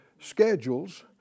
schedules